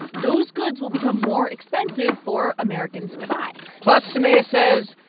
those goods will become more expensive for americans to buy plus, soumaya says,